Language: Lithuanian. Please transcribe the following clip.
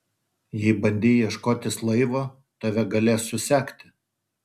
jei bandei ieškotis laivo tave galės susekti